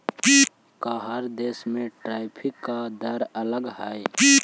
का हर देश में टैरिफ का दर अलग हई